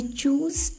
choose